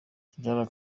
tidjara